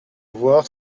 voir